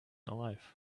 alive